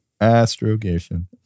Astrogation